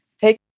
take